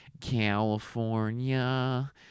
California